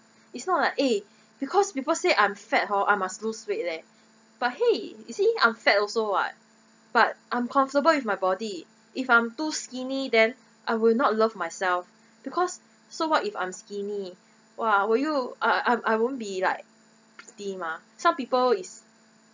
it's not like eh because people say I'm fat hor I must lose weight leh but !hey! you see I'm fat also [what] but I'm comfortable with my body if I'm too skinny then I will not love myself because so what if I'm skinny !wah! will you I I I won't be like steam ah some people is